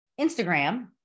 Instagram